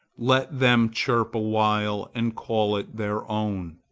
let them chirp awhile and call it their own.